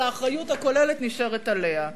אבל האחריות הכוללת נשארת עליה.